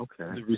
okay